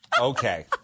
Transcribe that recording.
Okay